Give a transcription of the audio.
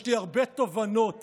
יש לי הרבה תובנות